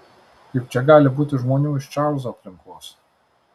juk čia gali būti žmonių iš čarlzo aplinkos